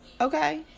Okay